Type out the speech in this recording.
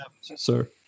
sir